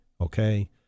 Okay